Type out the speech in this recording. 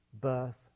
birth